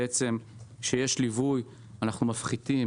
כשיש ליווי, אנחנו מפחיתים